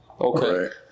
Okay